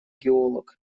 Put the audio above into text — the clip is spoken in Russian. геолог